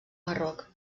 marroc